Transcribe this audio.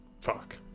Fuck